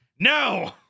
No